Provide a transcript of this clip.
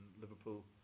Liverpool